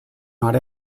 not